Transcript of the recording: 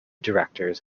directors